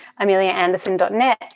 ameliaanderson.net